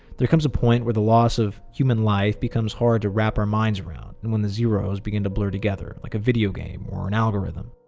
there comes a point where the loss of human life becomes hard to wrap our minds around and when the zero s begin to blur together, like a video game or an algorithm.